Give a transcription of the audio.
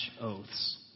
oaths